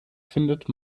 findet